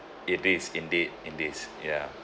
it is indeed it is ya